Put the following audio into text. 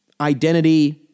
identity